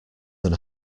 than